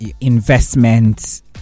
investments